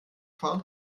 fahren